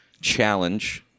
challenge